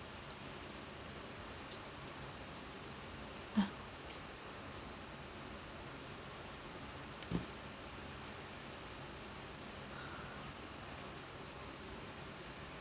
uh